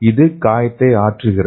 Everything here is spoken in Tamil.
இது காயத்தை ஆற்றுகிறது